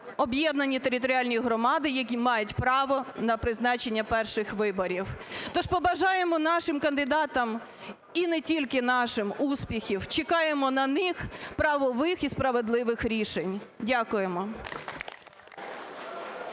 об'єднані територіальні громади, які мають право на призначення перших виборів. То ж побажаємо нашим кандидатам? і не тільки нашим, успіхів, чекаємо на них правових і справедливих рішень. Дякуємо.